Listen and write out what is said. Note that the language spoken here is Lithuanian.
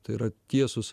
tai yra tiesus